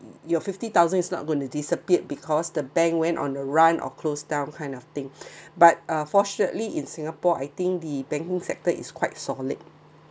your fifty thousand is not going to disappear because the bank went on the run or closed down kind of thing but uh fortunately in singapore I think the banking sector is quite solid